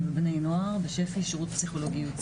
ובני נוער בשפ"י - שירות פסיכולוגי ייעוצי